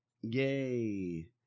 Yay